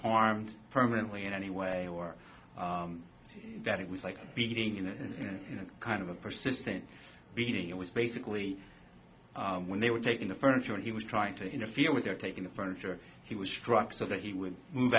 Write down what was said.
harmed permanently in any way or that it was like beating him in a kind of a persistent beating it was basically when they were taking the furniture and he was trying to interfere with their taking the furniture he was struck so that he would move